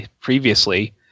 previously